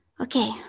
Okay